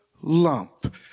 lump